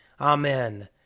Amen